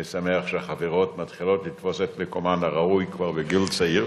אני שמח שהחברות מתחילות לתפוס את מקומן הראוי כבר בגיל צעיר,